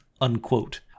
Unquote